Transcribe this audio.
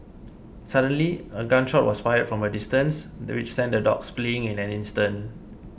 suddenly a gun shot was fired from a distance which sent the dogs fleeing in an instant